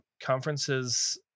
conferences